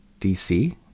DC